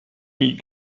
nie